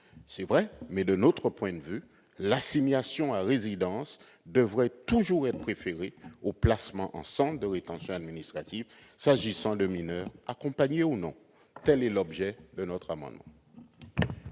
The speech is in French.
C'est vrai, mais de notre point de vue, l'assignation à résidence devrait toujours être préférée au placement en centre de rétention administrative, s'agissant de mineurs, accompagnés ou non. Tel est l'objet de cet amendement.